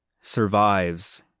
survives